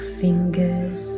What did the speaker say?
fingers